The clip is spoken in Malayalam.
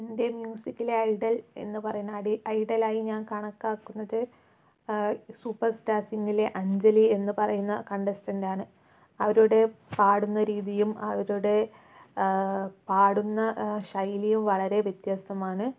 ഇന്ത്യൻ മ്യൂസിക്കിലെ ഐഡൽ എന്നു പറയുന്ന ഐഡലായി ഞാൻ കണക്കാക്കുന്നത് സൂപ്പർ സ്റ്റാർ സിങ്ങറിലെ അഞ്ജലി എന്നു പറയുന്ന കണ്ടസ്റ്റൻ്റാണ് അവരുടെ പാടുന്ന രീതിയും അവരുടെ പാടുന്ന ശൈലിയും വളരെ വ്യത്യസ്തമാണ്